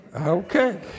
Okay